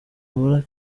muri